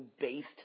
based